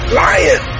lion